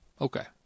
Okay